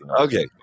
okay